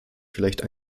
vielleicht